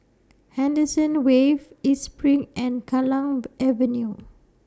Henderson Wave East SPRING and Kallang Avenue